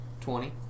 twenty